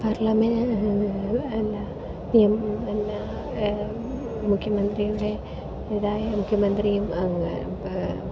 parliament എല്ലാം മുഖ്യമന്ത്രിൻ്റെ ഇതായി മുഖ്യമന്ത്രിയും